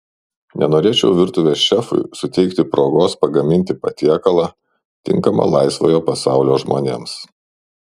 nenorėčiau virtuvės šefui suteikti progos pagaminti patiekalą tinkamą laisvojo pasaulio žmonėms